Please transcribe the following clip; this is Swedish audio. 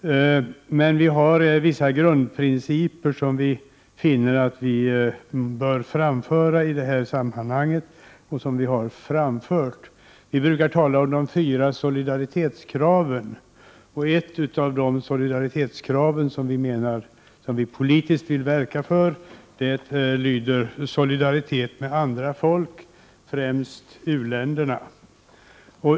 Men vi har vissa grundprinciper, som vi finner att vi bör framföra i det här sammanhanget och som vi också har framfört. Vi brukar tala om de fyra solidaritetskraven, som vi politiskt vill verka för. Ett av dem är solidaritet med andra folk, främst u-länderna.